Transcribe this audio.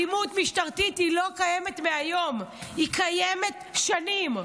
אלימות משטרתית לא קיימת מהיום, היא קיימת שנים.